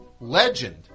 legend